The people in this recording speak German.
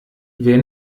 wer